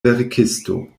verkisto